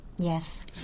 Yes